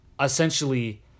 essentially